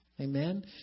Amen